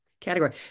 category